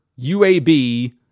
UAB